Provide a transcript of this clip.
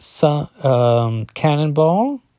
Cannonball